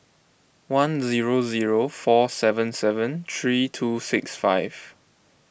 one zero zero four seven seven three two six five